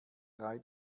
drei